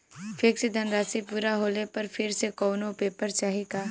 Fix धनराशी पूरा होले पर फिर से कौनो पेपर चाही का?